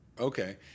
Okay